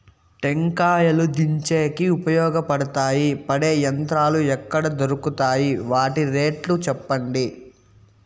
టెంకాయలు దించేకి ఉపయోగపడతాయి పడే యంత్రాలు ఎక్కడ దొరుకుతాయి? వాటి రేట్లు చెప్పండి?